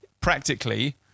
practically